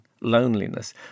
loneliness